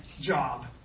job